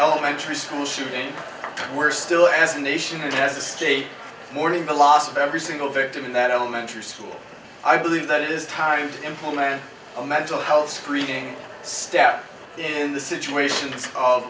elementary school shooting we're still as a nation who has escaped mourning the loss of every single victim in that elementary school i believe that it is time to implement a mental health screening step in the situations of